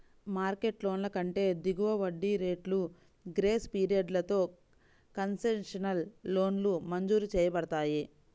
market లోన్ల కంటే దిగువ వడ్డీ రేట్లు, గ్రేస్ పీరియడ్లతో కన్సెషనల్ లోన్లు మంజూరు చేయబడతాయి